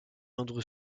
andrew